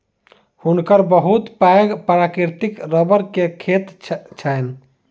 हुनकर बहुत पैघ प्राकृतिक रबड़ के खेत छैन